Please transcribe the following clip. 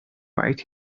right